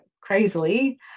crazily